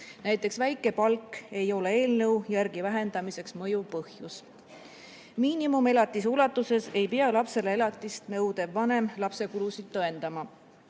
Näiteks väike palk ei ole eelnõu järgi vähendamiseks mõjuv põhjus. Miinimumelatise ulatuses ei pea lapsele elatist nõudev vanem lapse kulusid tõendama.